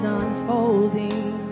unfolding